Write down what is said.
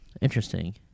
Interesting